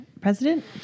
president